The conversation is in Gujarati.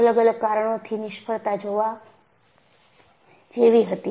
અલગ અલગ કારણોથી નિષ્ફળતા જોવા જેવી હતી